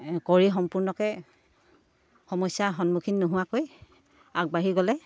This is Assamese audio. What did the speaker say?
কৰি সম্পূৰ্ণকৈ সমস্যাৰ সন্মুখীন নোহোৱাকৈ আগবাঢ়ি গ'লে